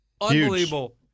unbelievable